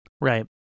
right